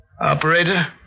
Operator